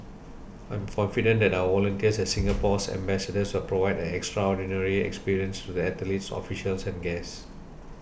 I'm confident that our volunteers as Singapore's ambassadors will provide an extraordinary experience to the athletes officials and guests